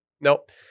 Nope